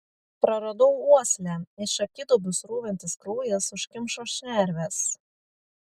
praradau uoslę iš akiduobių srūvantis kraujas užkimšo šnerves